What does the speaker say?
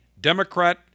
Democrat